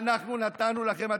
אנחנו נתנו לכם,